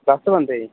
दस बंदे गी